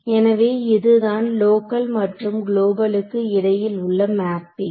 எனவே இதுதான் லோக்கல் மற்றும் குளோபலுக்கும் இடையில் உள்ள மேப்பிங்